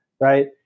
right